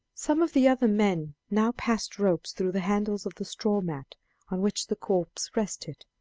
some of the other men now passed ropes through the handles of the straw mat on which the corpse rested,